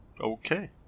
Okay